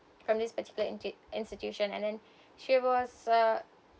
from this particular intu~ institution and then she was uh